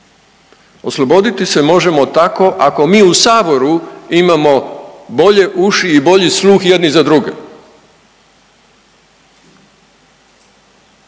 Osloboditi se možemo tako ako mi u Saboru imamo bolje uši i bolji sluh jedni za druge